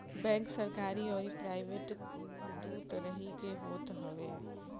bank सरकरी अउरी private दू तरही के होत हवे